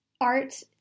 art